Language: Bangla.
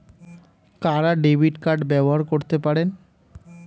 কারা ডেবিট কার্ড ব্যবহার করতে পারেন?